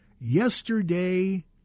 yesterday